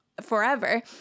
forever